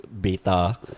beta